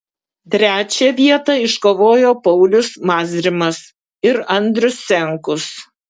trečią vietą iškovojo paulius mazrimas ir andrius senkus